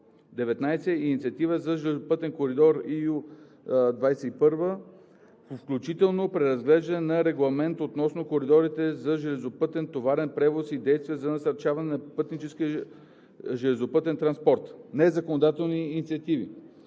19. Инициатива за железопътен коридор EU 2021, включително преразглеждане на Регламента относно коридорите за железопътен товарен превоз и действия за насърчаване на пътническия железопътен транспорт. Незаконодателни инициативи